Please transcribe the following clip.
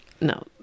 No